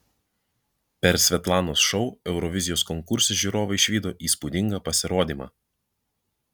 per svetlanos šou eurovizijos konkurse žiūrovai išvydo įspūdingą pasirodymą